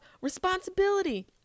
responsibility